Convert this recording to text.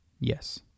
Yes